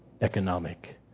economic